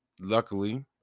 luckily